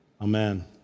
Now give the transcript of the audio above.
Amen